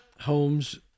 homes